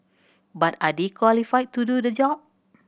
but are they qualified to do the job